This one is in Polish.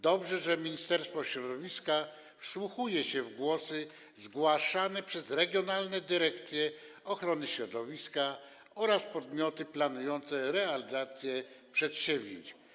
Dobrze, że Ministerstwo Środowiska wsłuchuje się w głosy, sugestie zgłaszane przez regionalne dyrekcje ochrony środowiska oraz podmioty planujące realizację przedsięwzięć.